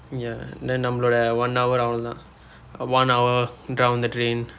ya the நம்மலுடைய :nammaludaiya one hour அவ்வளவு தான்:avvalavu thaan one hour down the drain